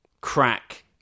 crack